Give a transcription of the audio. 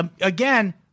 Again